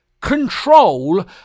control